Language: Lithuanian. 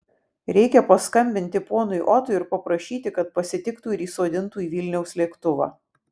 reikia paskambinti ponui otui ir paprašyti kad pasitiktų ir įsodintų į vilniaus lėktuvą